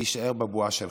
להישאר בבועה שלך.